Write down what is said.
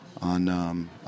on